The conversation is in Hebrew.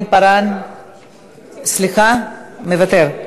סליחה, מוותר.